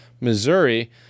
Missouri